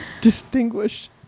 Distinguished